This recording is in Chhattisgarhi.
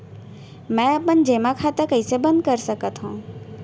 मै अपन जेमा खाता कइसे बन्द कर सकत हओं?